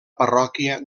parròquia